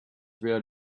where